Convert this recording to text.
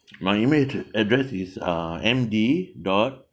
my email addre~ address is uh M D dot